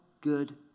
good